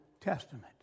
Testament